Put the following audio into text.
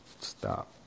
stop